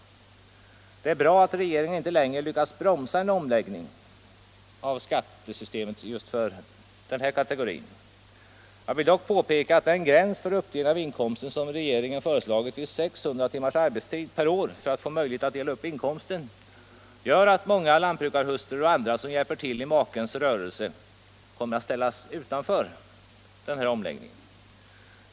Det är bra Allmänpolitisk debatt Allmänpolitisk debatt att regeringen inte längre har lyckats bromsa en omläggning av skattesystemet för just denna kategori. Jag vill dock påpeka att den gräns för uppdelning av inkomsten som regeringen föreslagit, 600 timmars arbetstid per år, gör att många lantbrukarhustrur och andra som hjälper till i makens rörelse kommer att ställas utanför omläggningen.